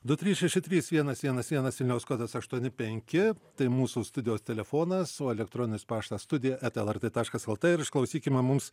du trys šeši trys vienas vienas vienas vilniaus kodas aštuoni penki tai mūsų studijos telefonas elektroninis paštas studija eta lrt taškas lt ir išklausykime mums